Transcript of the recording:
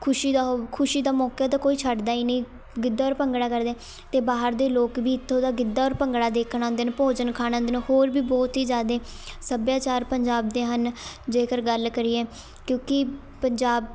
ਖੁਸ਼ੀ ਦਾ ਹੋ ਖੁਸ਼ੀ ਦਾ ਮੌਕਾ ਤਾਂ ਕੋਈ ਛੱਡਦਾ ਹੀ ਨਹੀਂ ਗਿੱਧਾ ਔਰ ਭੰਗੜਾ ਕਰਦੇ ਅਤੇ ਬਾਹਰ ਦੇ ਲੋਕ ਵੀ ਇੱਥੋਂ ਦਾ ਗਿੱਧਾ ਔਰ ਭੰਗੜਾ ਦੇਖਣ ਆਉਂਦੇ ਨੇ ਭੋਜਨ ਖਾਣ ਆਉਂਦੇ ਨੇ ਹੋਰ ਵੀ ਬਹੁਤ ਹੀ ਜ਼ਿਆਦੇ ਸੱਭਿਆਚਾਰ ਪੰਜਾਬ ਦੇ ਹਨ ਜੇਕਰ ਗੱਲ ਕਰੀਏ ਕਿਉਂਕਿ ਪੰਜਾਬ